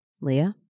Leah